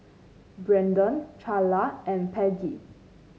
Brenden Charla and Peggy